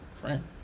friend